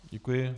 Děkuji.